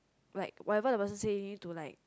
like whatever the person say to like